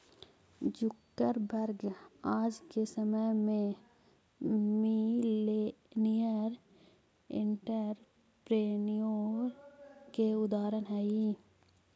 Zuckerberg आज के समय में मिलेनियर एंटरप्रेन्योर के उदाहरण हई